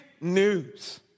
news